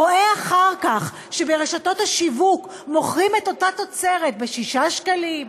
רואה אחר כך שברשתות השיווק מוכרים את אותה תוצרת ב-6 שקלים,